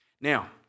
Now